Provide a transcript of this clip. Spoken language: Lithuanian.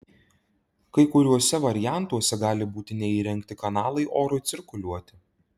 kai kuriuose variantuose gali būti neįrengti kanalai orui cirkuliuoti